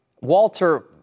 Walter